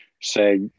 Say